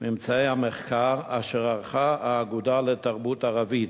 ממצאי המחקר אשר ערכה האגודה לתרבות ערבית.